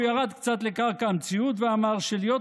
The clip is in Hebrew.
הוא ירד קצת לקרקע המציאות ואמר שלהיות